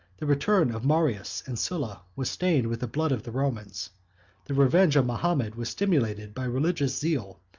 the return of marius and scylla was stained with the blood of the romans the revenge of mahomet was stimulated by religious zeal,